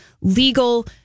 legal